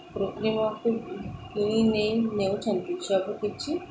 କୃତ୍ରିମକୁ କିଣି ନେଇ ନେଉଛନ୍ତି ସବୁ କିଛି